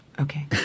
Okay